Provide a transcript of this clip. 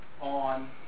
on